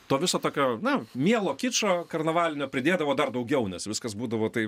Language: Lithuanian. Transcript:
to viso tokio na mielo kičo karnavalinio pridėdavo dar daugiau nes viskas būdavo tai